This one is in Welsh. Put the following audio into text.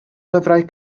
lyfrau